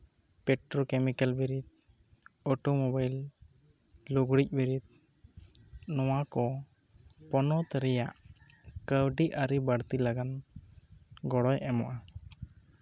petrochemical ᱵᱮᱨᱤᱫ automobile ᱞᱩᱜᱽᱲᱤᱡ ᱵᱮᱨᱤᱫ ᱱᱚᱶᱟ ᱠᱚ ᱯᱚᱱᱚᱛ ᱨᱮ ᱠᱟᱹᱣᱰᱤ ᱟᱹᱨᱤ ᱵᱟᱲᱛᱤ ᱞᱟᱜᱟᱫ ᱜᱚᱲᱚᱭ ᱮᱢᱚᱜᱼᱟ